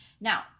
Now